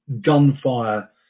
gunfire